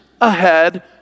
ahead